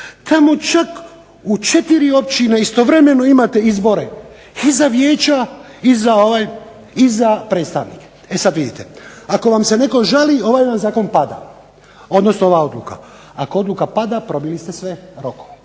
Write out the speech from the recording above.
Tamo čak u četiri općine istovremeno imate izbore i za vijeća i za predstavnike. E sad vidite, ako vam se netko žali ovaj vam zakon pada, odnosno ova odluka. Ako odluka pada probili ste sve rokove.